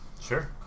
Sure